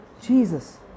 Jesus